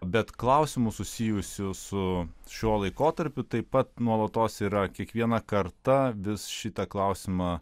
bet klausimų susijusių su šiuo laikotarpiu taip pat nuolatos yra kiekviena karta vis šitą klausimą